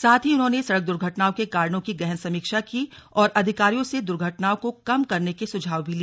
साथ ही उन्होंने सड़क दुर्घटना के कारणों की गहन समीक्षा की और अधिकारियों से दुर्घटनाओं को कम करने के सुझाव भी लिए